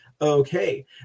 Okay